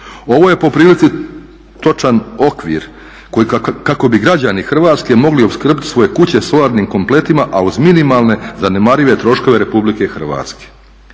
Ovo je po prilici točan okvir koji kako bi građani Hrvatske mogli opskrbiti svoje kuće solarnim kompletima, a uz minimalne zanemarive troškove Republike Hrvatske.